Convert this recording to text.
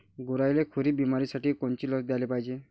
गुरांइले खुरी बिमारीसाठी कोनची लस द्याले पायजे?